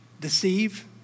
deceive